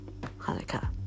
Hanukkah